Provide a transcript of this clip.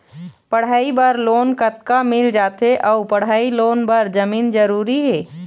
पढ़ई बर लोन कतका मिल जाथे अऊ पढ़ई लोन बर जमीन जरूरी हे?